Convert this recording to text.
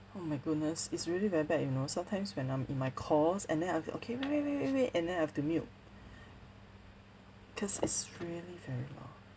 oh my goodness is really very bad you know sometimes when I'm in my calls and then I'll be okay wait wait wait wait wait and then I'll have to mute cause it's really very loud